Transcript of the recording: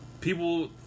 people